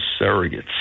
surrogates